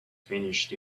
finished